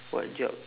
what job